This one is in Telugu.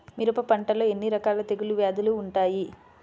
మిరప పంటలో ఎన్ని రకాల తెగులు వ్యాధులు వుంటాయి?